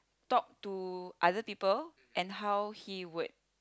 talk to other people and how he would